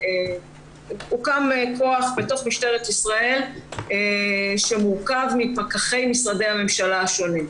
הוקם כוח בתוך משטרת ישראל שמורכב מפקחי משרדי הממשלה השונים,